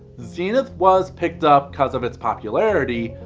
zenith was picked up cause of its popularity,